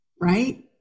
right